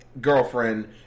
girlfriend